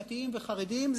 דתיים וחרדים,